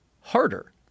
harder